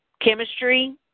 Chemistry